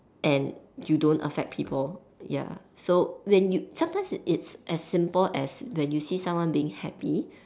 and you don't affect people ya so when you sometimes it's as simple as you see someone being happy